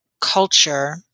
culture